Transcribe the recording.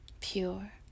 Pure